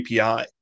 API